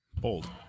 bold